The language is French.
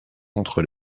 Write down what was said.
entre